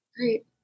Great